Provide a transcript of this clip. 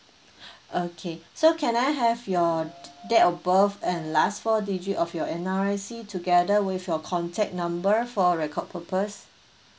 okay so can I have your date of birth and last four digit of your N_R_I_C together with your contact number for record purpose